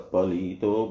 Palito